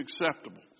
acceptable